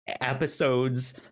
Episodes